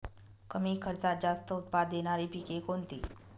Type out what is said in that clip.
कमी खर्चात जास्त उत्पाद देणारी पिके कोणती?